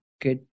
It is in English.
good